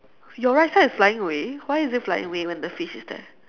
your right side is flying away why is it flying away when the fish is there